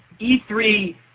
E3